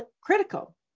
critical